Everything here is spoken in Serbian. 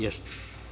Jeste.